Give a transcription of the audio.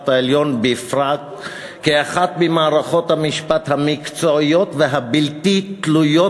העליון בפרט כאחת ממערכות המשפט המקצועיות והבלתי-תלויות